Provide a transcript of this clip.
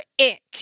ick